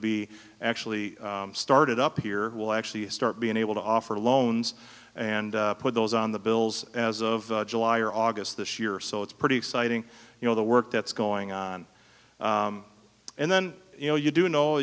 be actually started up here will actually start being able to offer loans and put those on the bills as of july or august this year so it's pretty exciting you know the work that's going on and then you know you do know